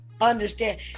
understand